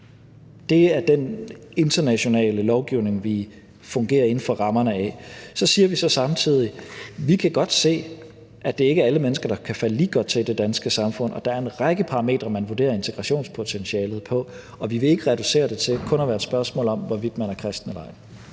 Det er den internationale lovgivning, vi fungerer inden for rammerne af. Så siger vi så samtidig, at vi godt kan se, at det ikke er alle mennesker, der kan falde lige godt til i det danske samfund, og at der er en række parametre, man vurderer integrationspotentialet på, og at vi ikke vil reducere det til kun at være et spørgsmål om, hvorvidt man er kristen eller ej.